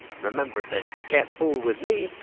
remember that you can't fool with me!